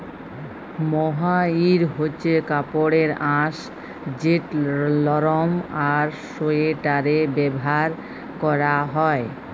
mohair হছে কাপড়ের আঁশ যেট লরম আর সোয়েটারে ব্যাভার ক্যরা হ্যয়